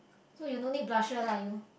so you no need blusher lah you